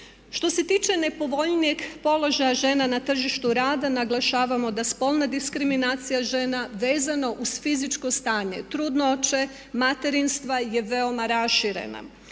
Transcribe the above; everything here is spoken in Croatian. Što se tiče nepovoljnijeg položaja žena na tržištu rada naglašavamo da spolna diskriminacija žena vezano uz fizičko stanje trudnoće, materinstva je veoma raširena.